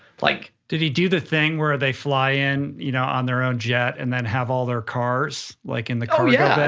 like did he do the thing where they fly in you know on their own jet and then have all their cars like in the oh, yeah.